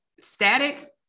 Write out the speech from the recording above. static